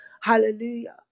hallelujah